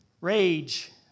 rage